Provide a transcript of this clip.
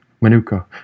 Manuka